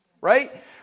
right